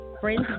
friends